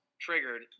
triggered